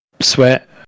sweat